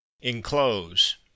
Enclose